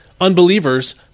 Unbelievers